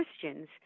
Christians